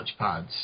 touchpads